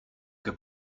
que